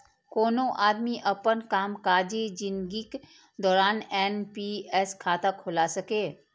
कोनो आदमी अपन कामकाजी जिनगीक दौरान एन.पी.एस खाता खोला सकैए